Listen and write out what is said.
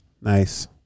Nice